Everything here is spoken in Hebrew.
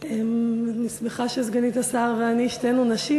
אני שמחה שסגנית השר ואני שתינו נשים.